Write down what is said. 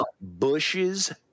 Bushes